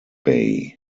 bay